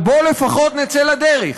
אבל בוא לפחות נצא לדרך.